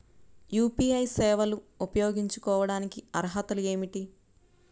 UPI సేవలు ఉపయోగించుకోటానికి అర్హతలు ఏమిటీ?